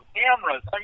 cameras